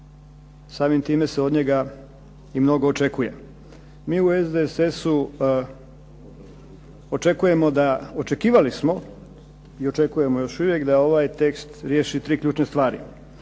samim time se od njega i mnogo očekuje. Mi u SDSS-u očekivali smo i očekujemo još uvijek da ovaj tekst riješi 3 ključne stvari.